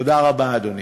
תודה רבה, אדוני.